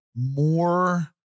More